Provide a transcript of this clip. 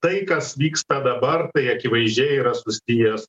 tai kas vyksta dabar tai akivaizdžiai yra susijęs